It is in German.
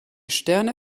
sterne